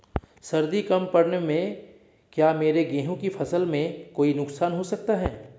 सर्दी कम पड़ने से क्या मेरे गेहूँ की फसल में कोई नुकसान हो सकता है?